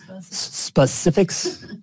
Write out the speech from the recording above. Specifics